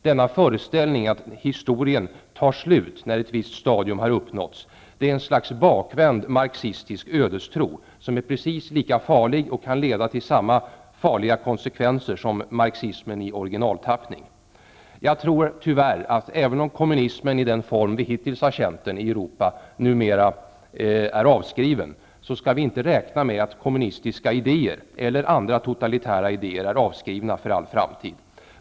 Denna föreställning, att historien tar slut när ett visst stadium har uppnåtts, är ett slags bakvänd marxistisk ödestro, som är precis lika farlig och kan leda till samma farliga konsekvenser som marxismen i originaltappning. Jag tror tyvärr att även om kommunismen i den form vi hittills har känt den i Europa numera är avskriven, så skall vi inte räkna med att kommunistiska idéer eller andra totalitära idéer är avskrivna för all framtid.